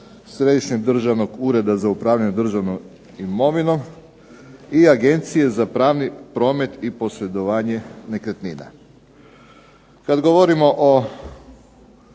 Središnjeg državnog ureda za upravljanje državnom imovinom i Agencije za pravni promet i posredovanje nekretnina. Kad govorimo o